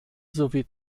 sowie